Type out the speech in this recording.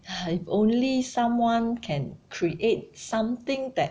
if only someone can create something that